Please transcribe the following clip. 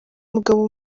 mugabo